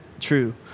true